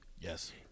Yes